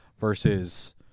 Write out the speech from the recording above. versus